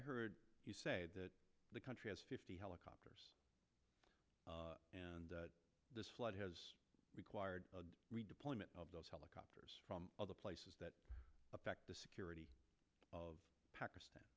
i heard you say that the country has fifty helicopters and this flood has required redeployment of those helicopters from the places that affect the security of pakistan